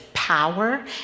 power